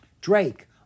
Drake